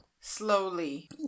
slowly